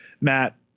Matt